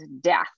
death